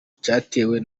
cyatewe